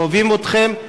אוהבים אתכם,